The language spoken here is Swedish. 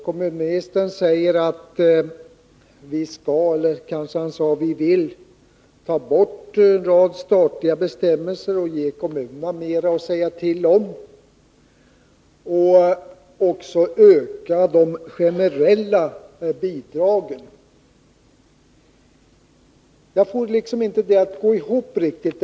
Kommunministern säger att vi skall — eller kanske sade han vi vill — ta bort en rad statliga bestämmelser, ge kommunerna mer att säga till om och också öka de generella bidragen. Jag får inte detta att gå ihop riktigt.